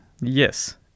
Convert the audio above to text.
Yes